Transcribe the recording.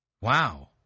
Wow